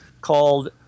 called